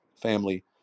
family